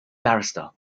barrister